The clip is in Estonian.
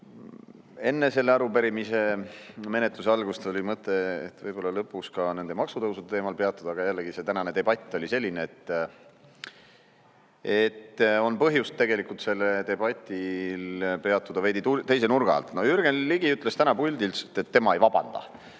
Enne selle arupärimise menetluse algust oli mõte võib-olla lõpuks ka nende maksutõusude teemal peatuda, aga jällegi, see tänane debatt oli selline, et on põhjust sellel peatuda veidi teise nurga alt. No Jürgen Ligi ütles täna puldist, et tema ei vabanda.